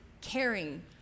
caring